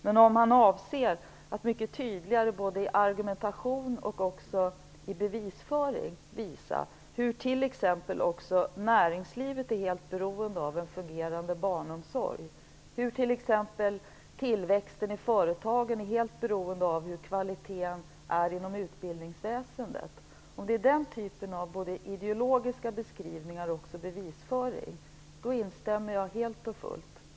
Men om han avser att i både ideologiska beskrivningar och bevisföring mycket tydligare framhålla hur också näringslivet är helt beroende av en fungerande barnomsorg, hur t.ex. tillväxten i företagen är helt beroende av hur kvaliteten är inom utbildningsväsendet, instämmer jag helt och fullt.